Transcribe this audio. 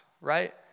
right